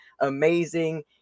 amazing